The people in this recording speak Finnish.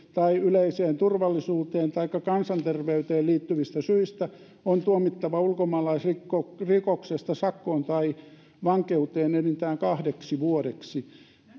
yleiseen turvallisuuteen taikka kansanterveyteen liittyvistä syistä on tuomittava ulkomaalaisrikoksesta sakkoon tai vankeuteen enintään kahdeksi vuodeksi